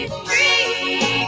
free